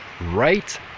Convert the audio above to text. right